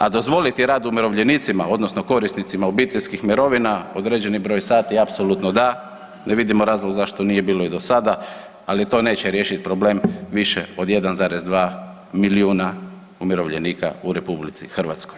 A dozvoliti rad umirovljenicima odnosno korisnicima obiteljskih mirovina određeni broj sati apsolutno da, ne vidimo razlog zašto nije bilo i do sada, ali to neće riješiti problem više od 1,2 milijuna umirovljenika u RH.